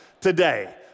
today